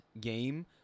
game